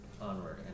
onward